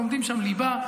לומדים שם ליבה,